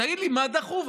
תגיד לי, מה דחוף?